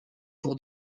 pour